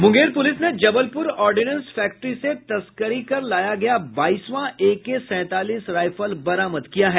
Munger police ने Jabalpur ordnance factory से तस्करी कर लाया गया बाईसवां ए के सैंतालीस रायफल बरामद किया है